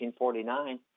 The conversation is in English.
1949—